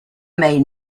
may